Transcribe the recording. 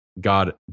God